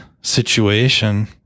situation